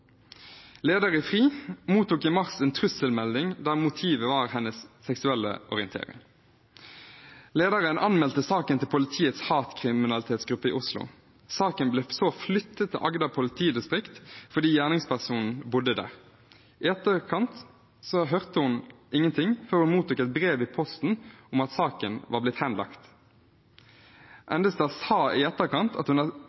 Leder i FRI mottok i mars en trusselmelding der motivet var hennes seksuelle orientering. Lederen anmeldte saken til politiets hatkriminalitetsgruppe i Oslo. Saken ble så flyttet til Agder politidistrikt fordi gjerningspersonen bodde der. I etterkant hørte hun ingenting før hun mottok et brev i posten om at saken var blitt henlagt. Hun sa i etterkant at hun